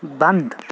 بند